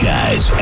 Guys